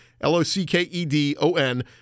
L-O-C-K-E-D-O-N